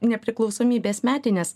nepriklausomybės metines